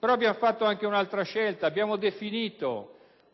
Abbiamo compiuto anche un'altra scelta, definendo